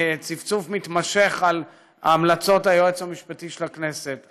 בצפצוף מתמשך על המלצות היועץ המשפטי של הכנסת,